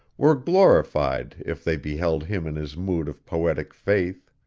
were glorified if they beheld him in his mood of poetic faith.